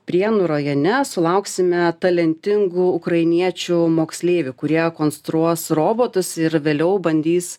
prienų rajone sulauksime talentingų ukrainiečių moksleivių kurie konstruos robotus ir vėliau bandys